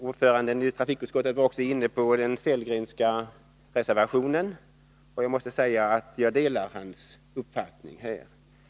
Ordföranden i trafikutskottet gick också in på den Sellgrenska reservationen, och jag måste säga att jag delar hans uppfattning på den punkten.